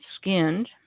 skinned